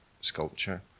sculpture